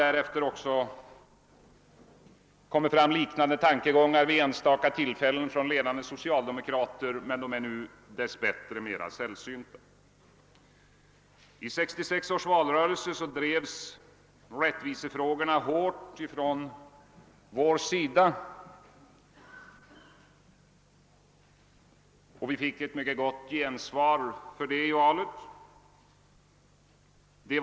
Också efter denna tidpunkt har sådana tankegångar vid enstaka tillfällen framförts från socialdemokrater, men detta är numera dess bättre ganska sällsynt. | I 1966 års valrörelse drev vi på vårt håll rättvisefrågorna på ett kraftfullt sätt och vi fick ett mycket gott gensvar på detta i valet.